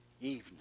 evening